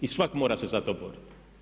I svak' mora se za to boriti.